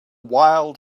wild